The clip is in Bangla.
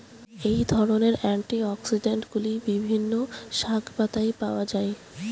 এই ধরনের অ্যান্টিঅক্সিড্যান্টগুলি বিভিন্ন শাকপাতায় পাওয়া য়ায়